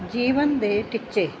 ਜੀਵਨ ਦੇ ਟੀਚੇ